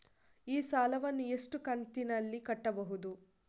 ಈ ಸಾಲವನ್ನು ಎಷ್ಟು ಕಂತಿನಲ್ಲಿ ಕಟ್ಟಬಹುದು?